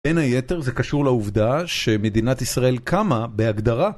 בין היתר זה קשור לעובדה שמדינת ישראל קמה בהגדרה